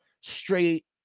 straight